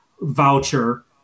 voucher